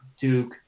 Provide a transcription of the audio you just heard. Duke